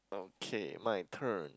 okay my turn